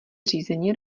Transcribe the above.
řízení